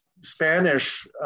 Spanish